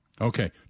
Okay